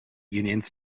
unions